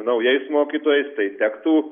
naujais mokytojais tai tektų